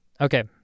Okay